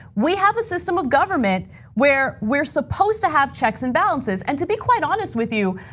we have a system of government where we're supposed to have checks and balances. and to be quite honest with you.